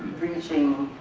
reaching